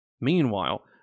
Meanwhile